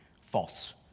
false